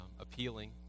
appealing